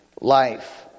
life